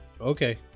Okay